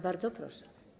Bardzo proszę.